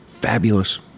fabulous